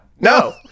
No